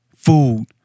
food